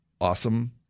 Awesome